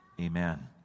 Amen